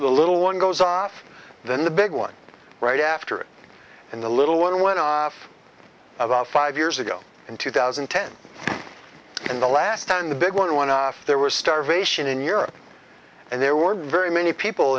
little one goes off then the big one right after it and the little one went off about five years ago in two thousand and ten in the last stand the big one one off there were starvation in europe and there were very many people